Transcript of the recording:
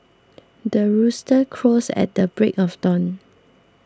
the rooster crows at the break of dawn